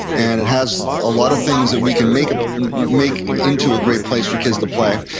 and it has a lot of things that we can make ah make into a great place for kids to play.